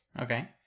okay